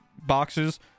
boxes